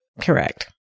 Correct